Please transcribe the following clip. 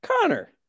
Connor